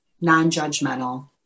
non-judgmental